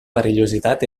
perillositat